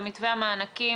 במתווה המענקים,